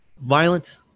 violent